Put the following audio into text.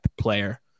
player